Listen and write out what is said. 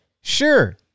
sure